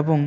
এবং